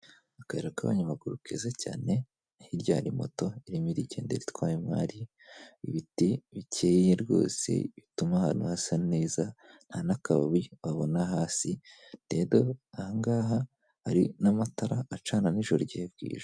Akayira k'abanyamaguru keza cyane hirya hari moto irimo irigendara itwaye umwari, ibiti bikeye rwose bituma ahantu hasa neza, nta n'akababi wabona hasi, rero aha ngaha hari n'amatara acana nijoro igihe bwije.